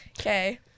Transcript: okay